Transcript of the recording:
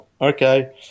okay